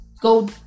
go